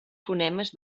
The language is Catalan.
fonemes